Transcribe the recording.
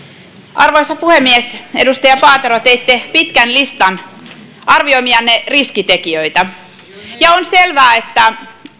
arvoisa puhemies edustaja paatero teitte pitkän listan arvioimistanne riskitekijöistä ja on selvää että